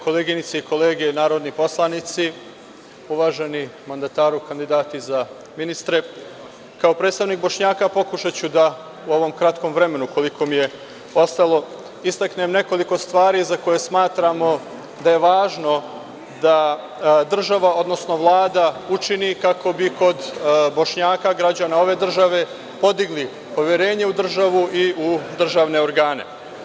Koleginice i kolege narodni poslanici, uvaženi mandataru, kandidati za ministre, kao predstavnik Bošnjaka, pokušaću da u ovom kratkom vremenu, koliko mi je ostalo, istaknem nekoliko stvari za koje smatramo da je važno da država odnosno Vlada učini kako bi kod Bošnjaka, građana ove države, podigli poverenje u državu i u državne organe.